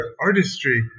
artistry